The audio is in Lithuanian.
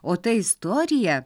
o ta istorija